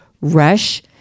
rush